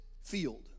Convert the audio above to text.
field